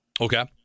Okay